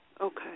Okay